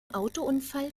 autounfall